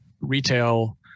retail